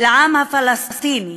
לעם הפלסטיני,